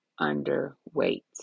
underweight